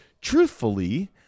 truthfully